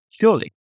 Surely